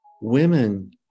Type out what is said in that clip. women